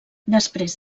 després